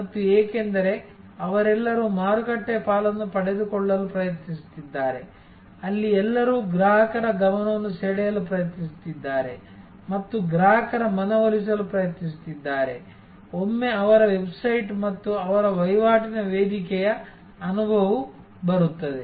ಮತ್ತು ಏಕೆಂದರೆ ಅವರೆಲ್ಲರೂ ಮಾರುಕಟ್ಟೆ ಪಾಲನ್ನು ಪಡೆದುಕೊಳ್ಳಲು ಪ್ರಯತ್ನಿಸುತ್ತಿದ್ದಾರೆ ಅಲ್ಲಿ ಎಲ್ಲರೂ ಗ್ರಾಹಕರ ಗಮನವನ್ನು ಸೆಳೆಯಲು ಪ್ರಯತ್ನಿಸುತ್ತಿದ್ದಾರೆ ಮತ್ತು ಗ್ರಾಹಕರ ಮನವೊಲಿಸಲು ಪ್ರಯತ್ನಿಸುತ್ತಿದ್ದಾರೆ ಒಮ್ಮೆ ಅವರ ವೆಬ್ಸೈಟ್ ಮತ್ತು ಅವರ ವಹಿವಾಟಿನ ವೇದಿಕೆಯ ಅನುಭವವು ಬರುತ್ತದೆ